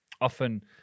Often